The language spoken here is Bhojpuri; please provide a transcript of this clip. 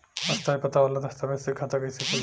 स्थायी पता वाला दस्तावेज़ से खाता कैसे खुली?